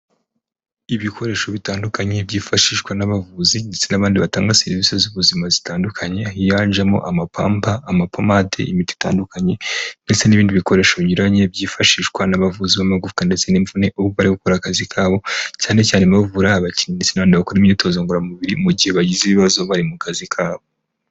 Ibikoresho bitandukanye byifashishwa n'abavuzi ndetse n'abandi batanga serivisi z'ubuzima zitandukanye higanjemo amapamba, amapomade, imiti itandukanye ndetse n'ibindi bikoresho binyuranye byifashishwa n'abavuzi b'amagufa ndetse n'imvune aho bari gukora akazi kabo cyane cyane mu bavura abakinnyi ndetse n'abakora imyitozo ngororamubiri mu gihe bagize ibibazo bari mu kazi kabo.